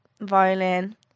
violin